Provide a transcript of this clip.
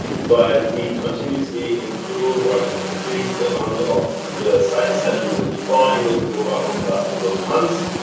but we continuously improve or increase the amount of sites that we will be crawling with googlebot over the last couple of months,